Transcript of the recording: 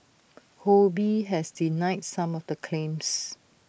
ho bee has denied some of the claims